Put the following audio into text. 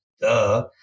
Duh